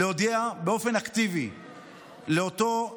להודיע באופן אקטיבי לאותו אחד,